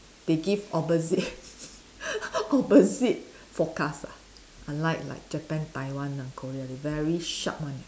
they give opposite opposite forecast ah unlike like Japan Taiwan and Korea they very sharp [one] eh